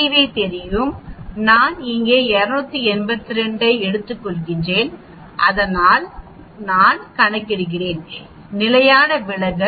we தெரியும் நான் இங்கே 282 ஐ எடுத்துக்கொள்கிறேன் அதனால் நான் கணக்கிடுகிறேன் நிலையான விலகல்